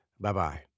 Bye-bye